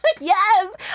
Yes